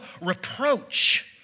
reproach